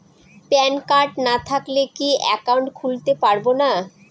Pan card না থাকলে কি একাউন্ট খুলতে পারবো না?